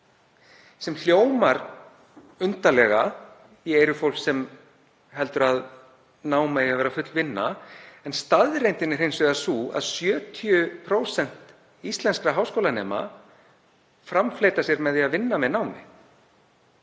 sem hljómar undarlega í eyrum fólks sem heldur að nám eigi að vera full vinna en staðreyndin er hins vegar sú að 70% íslenskra háskólanema framfleyta sér með því að vinna með námi.